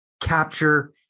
capture